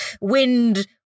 wind